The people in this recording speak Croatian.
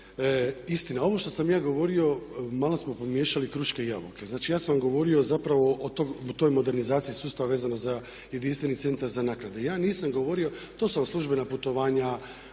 istina, ovo što sam ja govorio malo smo pomiješali kruške i jabuke. Znači ja sam vam govorio zapravo o toj modernizaciji sustava vezano za jedinstveni centar za naknade. Ja nisam govorio, to su vam službena putovanja